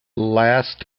last